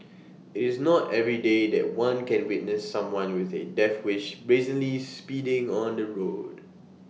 IT is not everyday that one can witness someone with A death wish brazenly speeding on the roads